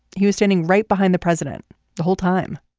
he was standing right behind the president the whole time.